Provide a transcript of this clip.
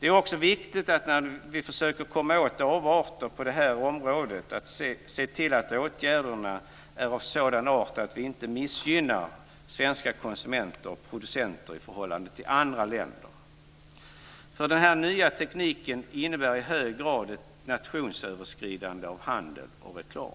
Det är också viktigt när vi försöker komma åt avarter på det här området att vi ser till att åtgärderna inte är av sådant slag att de missgynnar svenska konsumenter och producenter i förhållande till andra länder. För den här nya tekniken innebär i hög grad ett nationsöverskridande i fråga om handel och reklam.